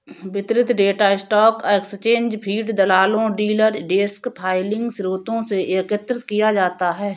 वितरित data stock exchange feed, दलालों, dealer desk filing स्रोतों से एकत्र किया जाता है